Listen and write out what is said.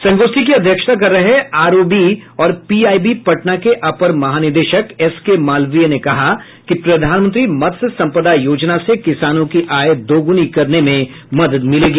संगोष्ठी की अध्यक्षता कर रहे आरओबी और पीआईबी पटना के अपर महानिदेशक एस के मालवीय ने कहा कि प्रधानमंत्री मत्स्य संपदा योजना से किसानों की आय दोगुनी करने में मदद मिलेगी